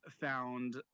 found